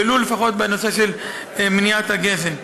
ולו לפחות בנושא של מניעת הגזם.